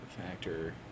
factor